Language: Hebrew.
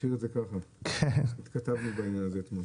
נשאיר את זה ככה, התכתבנו בעניין הזה אתמול.